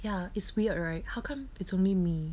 ya it's weird right how come it's only me